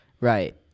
Right